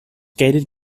gated